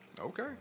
Okay